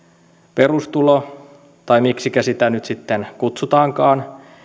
perustulo tai miksikä sitä nyt sitten kutsutaankaan